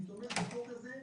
אני תומך בחוק הזה,